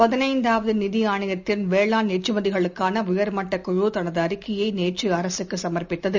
பதினைந்தாவதுநிதிஆணையத்தின் வேளான் ஏற்றுமதிகளுக்கானஉயர் மட்ட குழு தனதுஅறிக்கையைநேற்றுஅரசுக்குசமர்ப்பித்தது